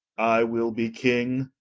i will be king,